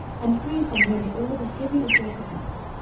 and free from nearly all the heavy aggressiveness,